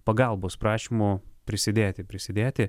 pagalbos prašymo prisidėti prisidėti